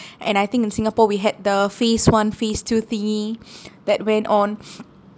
and I think in singapore we had the phase one phase two thingy that went on